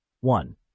one